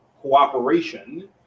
cooperation